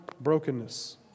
brokenness